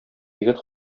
егет